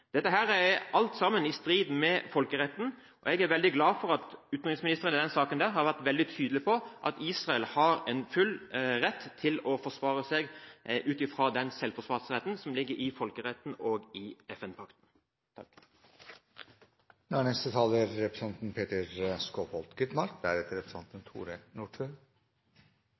er i strid med folkeretten. Jeg er veldig glad for at utenriksministeren i denne saken har vært veldig tydelig på at Israel er i sin fulle rett til å forsvare seg – ut fra den selvforsvarsretten som ligger i folkeretten og i